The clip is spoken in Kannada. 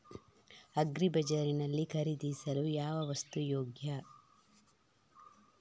ಅಗ್ರಿ ಬಜಾರ್ ನಲ್ಲಿ ಖರೀದಿಸಲು ಯಾವ ವಸ್ತು ಯೋಗ್ಯ?